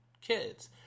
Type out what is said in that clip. kids